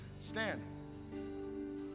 Stand